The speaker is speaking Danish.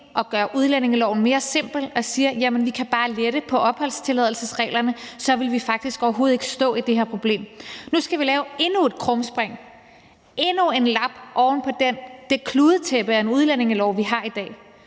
og gør udlændingeloven mere simpel og siger, at vi bare kan lette på opholdstilladelsesreglerne, for så ville vi faktisk overhovedet ikke stå i det her problem. Nu skal vi lave endnu et krumspring, endnu en lap oven på det kludetæppe af en udlændingelov, vi har i dag.